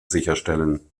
sicherstellen